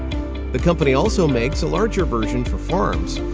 the company also makes a larger version for farms,